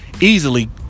Easily